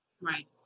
Right